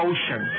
Ocean